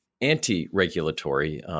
anti-regulatory